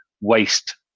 waste